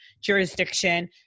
jurisdiction